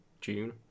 june